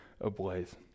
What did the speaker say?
ablaze